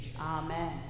Amen